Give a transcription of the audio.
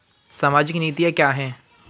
सामाजिक नीतियाँ क्या हैं?